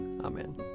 Amen